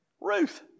Ruth